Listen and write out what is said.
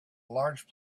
large